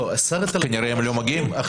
כנראה שהם לא מגיעים.